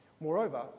Moreover